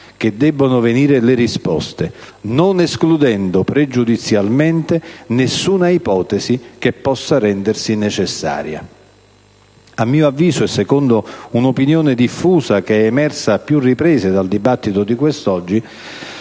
che debbono venire le risposte, (...) non escludendo pregiudizialmente nessuna ipotesi che possa rendersi necessaria». A mio avviso e secondo un'opinione diffusa, emersa a più riprese dal dibattito odierno,